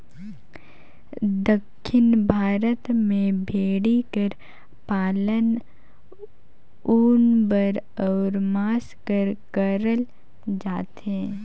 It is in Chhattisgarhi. दक्खिन भारत में भेंड़ी कर पालन ऊन बर अउ मांस बर करल जाथे